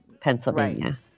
Pennsylvania